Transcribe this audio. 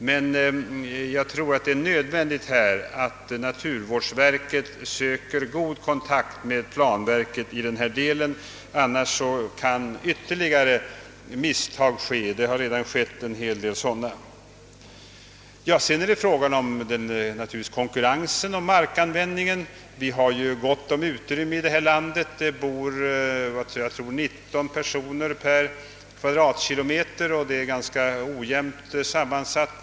Men jag tror det är nödvändigt att naturvårdsverket söker god kontakt med planverket, ty annars kan ytterligare misstag komma att ske. Det har gjorts en del misstag redan. Vidare bör uppmärksamhet ägnas åt frågan om konkurrensen om markanvändningen. Vi har gott om utrymme här i landet. Jag vill minnas att det bara bor 19 personer per kvadratkilometer. Men = befolkningstätheten är mycket olika.